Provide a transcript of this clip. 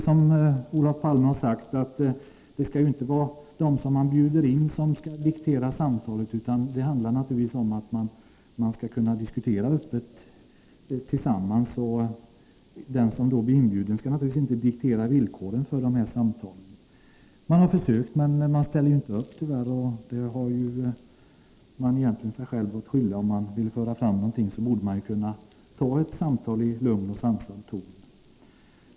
Som Olof Palme har sagt skall det inte vara de som blir inbjudna som skall diktera villkoren för samtalen, utan det skall naturligtvis vara öppna diskussioner. Försök har alltså gjorts, men man ställer tyvärr inte upp och har alltså sig själv att skylla. Den som har någonting att föra fram borde kunna göra det i ett samtal i lugn och sansad ton.